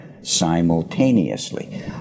simultaneously